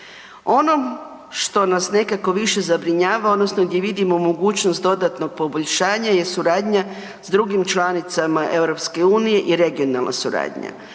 Ono što nas nekako više zabrinjava odnosno gdje vidimo mogućnost dodatnog poboljšanja je suradnja s drugim članicama Europske unije je regionalna suradnja.